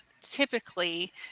typically